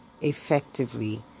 effectively